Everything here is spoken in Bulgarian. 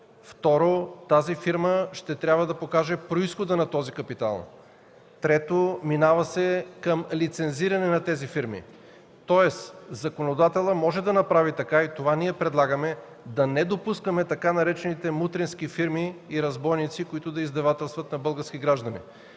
Второ, тази фирма ще трябва да покаже произхода на този капитал. Трето, минава се към лицензиране на тези фирми. Тоест законодателят може да направи така и това предлагаме ние – да не допускаме така наречените мутренски фирми и разбойници, които да издевателстват над български граждани.